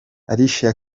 alicia